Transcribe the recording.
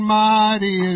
mighty